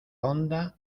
honda